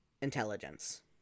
intelligence